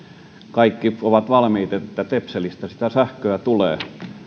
kaikki ovat valmiita sanomaan että töpselistä sitä sähköä tulee